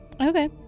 Okay